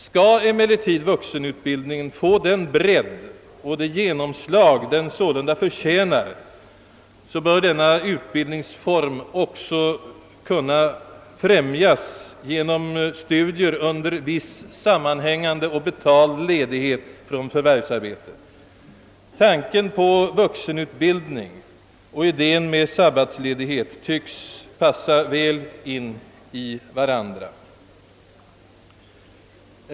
Skall emellertid vuxenutbildningen få den bredd och det genomslag den sålunda förtjänar, bör denna utbildningsform också kunna främjas genom studier under viss sammanhängande betald ledighet från förvärvsarbete. Tanken på vuxenutbildningen och idén med sabbatsledighet passar väl in i varandra.